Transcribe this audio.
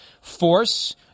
force